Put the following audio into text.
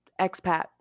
expat